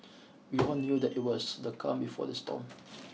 we all knew that it was the calm before the storm